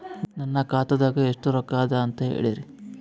ನನ್ನ ಖಾತಾದಾಗ ಎಷ್ಟ ರೊಕ್ಕ ಅದ ಅಂತ ಹೇಳರಿ?